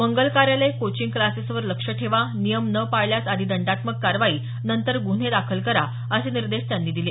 मंगल कार्यालय कोचिंग क्लासेसवर लक्ष ठेवा नियम न पाळल्यास आधी दंडात्मक कारवाई नंतर गुन्हे दाखल करा असे निर्देश त्यांनी यावेळी दिले